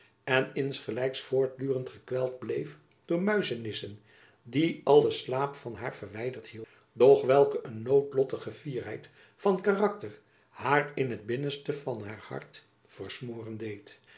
en insgelijks voortdurend gekweld bleef door muizenissen die allen slaap van haar verwijderd hielden doch welke een noodlottige fierheid van karakter haar in t binnenste van haar hart versmooren deed